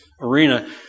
arena